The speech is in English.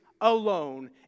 alone